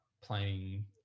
playing